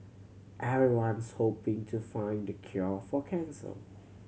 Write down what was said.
everyone's hoping to find the cure for cancer